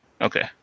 Okay